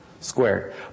squared